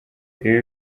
ibi